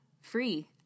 free